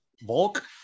Volk